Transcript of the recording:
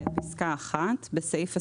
(1) בסעיף 23,